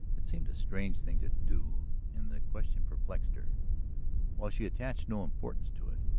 it seemed a strange thing to do and the question perplexed her while she attached no importance to it,